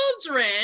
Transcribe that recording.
children